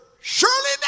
surely